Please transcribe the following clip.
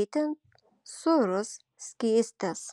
itin sūrus skystis